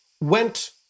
went